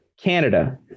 Canada